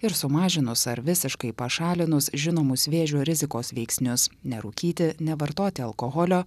ir sumažinus ar visiškai pašalinus žinomus vėžio rizikos veiksnius nerūkyti nevartoti alkoholio